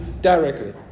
directly